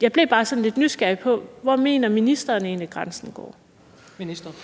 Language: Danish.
Jeg blev bare sådan lidt nysgerrig på, hvor ministeren egentlig mener grænsen